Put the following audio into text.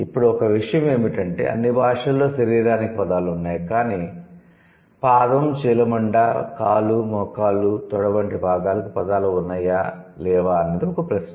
ఇప్పుడు ఒక విషయం ఏమిటంటే అన్ని భాషలలో శరీరానికి పదాలు ఉన్నాయి కానీ పాదం చీలమండ కాలు మోకాలు తొడ వంటి భాగాలకు పదాలు ఉన్నాయా లేవా అన్నది ఒక ప్రశ్న